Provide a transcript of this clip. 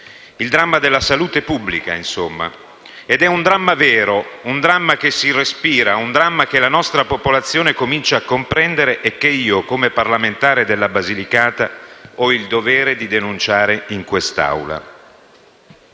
il dramma della salute pubblica, insomma, ed è un dramma vero, che si respira, che la nostra popolazione comincia a comprendere e che io, come parlamentare della Basilicata, ho il dovere di denunciare in questa